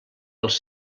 els